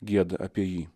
gieda apie jį